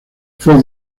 fue